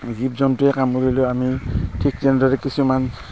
জীৱ জন্তুৱে কামোৰিলেও আমি ঠিক তেনেদৰে কিছুমান